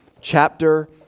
chapter